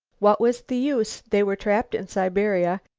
what was the use? they were trapped in siberia.